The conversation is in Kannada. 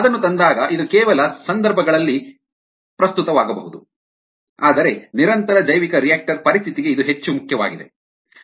ಅದನ್ನು ತಂದಾಗ ಇದು ಕೆಲವು ಸಂದರ್ಭಗಳಲ್ಲಿ ಪ್ರಸ್ತುತವಾಗಬಹುದು ಆದರೆ ನಿರಂತರ ಜೈವಿಕರಿಯಾಕ್ಟರ್ ಪರಿಸ್ಥಿತಿಗೆ ಇದು ಹೆಚ್ಚು ಮುಖ್ಯವಾಗಿದೆ